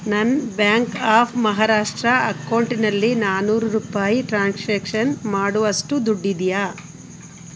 ನನ್ನ bank of Maharashtra ಅಕೌಂಟಿನಲ್ಲಿ ನಾನ್ನೂರು ರೂಪಾಯಿ ಟ್ರಾನ್ಸಾಕ್ಷನ್ ಮಾಡುವಷ್ಟು ದುಡ್ಡಿದೆಯೇ